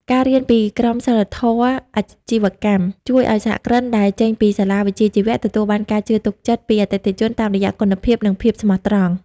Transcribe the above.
ការរៀនពី "ក្រមសីលធម៌អាជីវកម្ម" ជួយឱ្យសហគ្រិនដែលចេញពីសាលាវិជ្ជាជីវៈ ទទួលបានការជឿទុកចិត្តពីអតិថិជនតាមរយៈគុណភាព និងភាពស្មោះត្រង់។